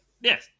Yes